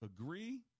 Agree